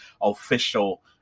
official